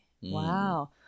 Wow